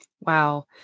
Wow